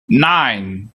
nine